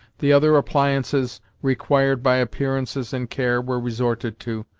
the other appliances required by appearances and care were resorted to,